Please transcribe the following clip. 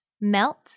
Melt